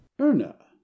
erna